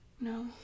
no